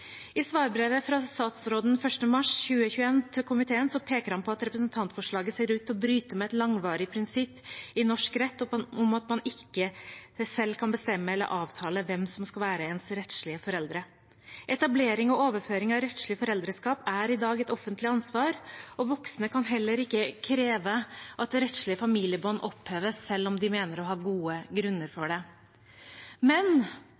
I svarbrevet fra statsråden 1. mars 2021 til komiteen peker han på at representantforslaget ser ut til å bryte med et langvarig prinsipp i norsk rett om at man ikke selv kan bestemme eller avtale hvem som skal være ens rettslige foreldre. Etablering og overføring av rettslig foreldreskap er i dag et offentlig ansvar, og voksne kan heller ikke kreve at rettslige familiebånd oppheves, selv om de mener å ha gode grunner for